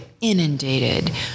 inundated